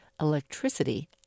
electricity